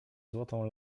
złotą